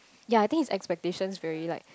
ya I think his expectations very like